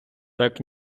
так